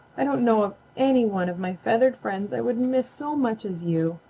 i don't know of any one of my feathered friends i would miss so much as you.